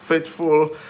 Faithful